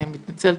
אני מתנצלת,